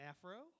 Afro